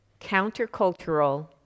countercultural